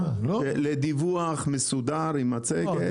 לדיווח מסודר עם מצגת --- לא.